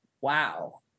wow